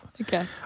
Okay